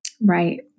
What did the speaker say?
Right